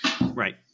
Right